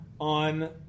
on